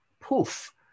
poof